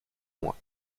moi